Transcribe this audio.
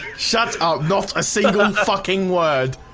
shut up not a single and fucking word.